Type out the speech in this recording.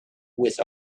with